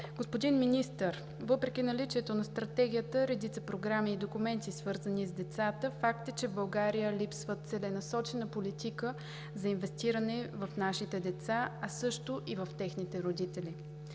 Господин Министър, въпреки наличието на Стратегията и редица програми и документи, свързани с децата, факт е, че в България липсва целенасочена политика за инвестиране в нашите деца, а също и в техните родители.